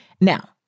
Now